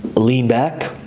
lean back